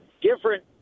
different